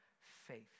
faith